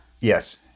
Yes